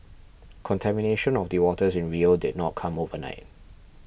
contamination of the waters in Rio did not come overnight